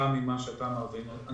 ממה שאתה אמרת.